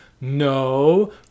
no